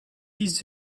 this